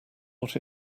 what